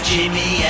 Jimmy